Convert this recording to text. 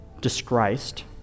disgraced